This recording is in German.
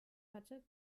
hatte